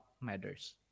matters